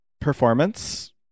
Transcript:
performance